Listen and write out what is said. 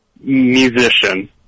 musician